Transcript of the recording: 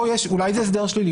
אולי זה הסדר שלילי.